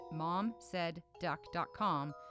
momsaidduck.com